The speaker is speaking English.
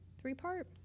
three-part